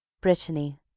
BRITTANY